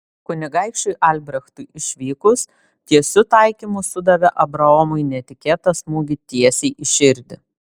kunigaikščiui albrechtui išvykus tiesiu taikymu sudavė abraomui netikėtą smūgį tiesiai į širdį